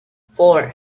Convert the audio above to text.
four